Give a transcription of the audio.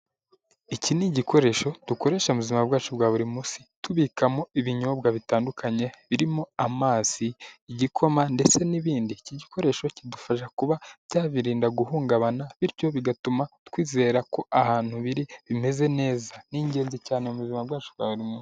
Iki ni igikoresho dukoresha mu buzima bwacu bwa buri munsi tubikamo ibinyobwa bitandukanye, birimo amazi, igikoma ndetse n'ibindi. Iki gikoresho kidufasha kuba byabirinda guhungabana bityo bigatuma twizera ko ahantu biri bimeze neza ni ingenzi cyane mu buzima bwacu bwa buri munsi.